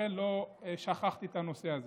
לא שכחתי את הנושא הזה.